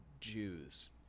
Jews